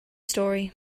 story